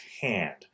hand